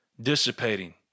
dissipating